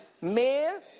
male